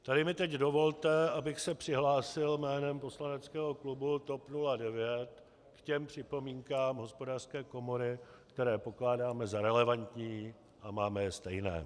Tady mi teď dovolte, abych se přihlásil jménem poslaneckého klubu TOP 09 k těm připomínkám Hospodářské komory, které pokládáme za relevantní a máme je stejné.